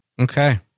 Okay